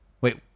Wait